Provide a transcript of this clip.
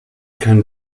kein